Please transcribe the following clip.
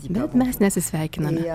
bet mes nesisveikiname